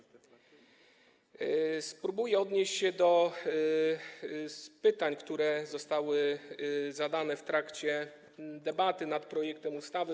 Spróbuję odnieść się do pytań, które zostały zadane w trakcie debaty nad projektem ustawy.